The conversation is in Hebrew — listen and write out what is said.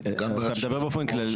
אתה מדבר באופן כללי?